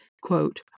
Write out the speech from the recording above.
quote